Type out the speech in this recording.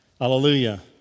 Hallelujah